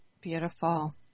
Beautiful